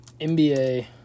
NBA